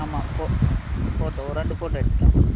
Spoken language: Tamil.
ஆமாம் போ போட்டோ ரெண்டு போட்டோ எடுத்துகிட்டு வாங்க